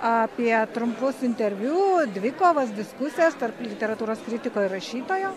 apie trumpus interviu dvikovas diskusijas tarp literatūros kritiko ir rašytojo